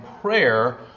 prayer